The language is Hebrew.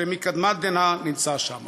שמקדמת דנא נמצא שם,